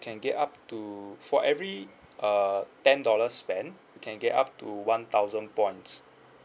can get up to for every uh ten dollar spent you can get up to one thousand points